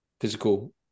physical